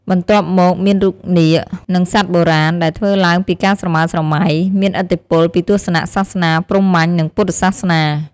បន្ទាប់មកមានរូបនាគ និងសត្វបុរាណ ដែលធ្វើឡើងពីការស្រមើស្រមៃ មានឥទ្ធិពលពីទស្សនៈសាសនាព្រហ្មញ្ញ និងពុទ្ធសាសនា។